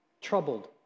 troubled